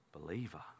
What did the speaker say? believer